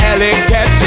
Elegant